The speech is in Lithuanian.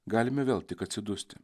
galime vėl tik atsidusti